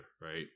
right